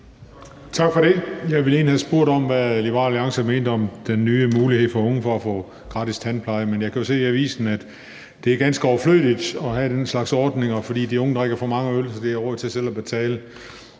Tak for det. Jeg ville egentlig have spurgt om, hvad Liberal Alliance mener om den nye mulighed for unge for at få gratis tandpleje, men jeg kan jo se i avisen, at det er ganske overflødigt at have den slags ordninger, fordi de unge drikker for mange øl, så de har råd til selv at betale.